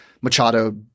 Machado